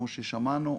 כמו ששמענו,